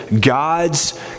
God's